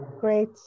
great